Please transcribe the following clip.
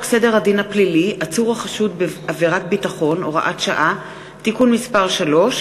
שירות ביטחון (הוראת שעה) (תיקון מס' 15),